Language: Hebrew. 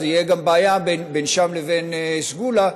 תהיה גם בעיה בין שם לבין סגולה,